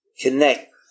connect